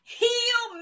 heal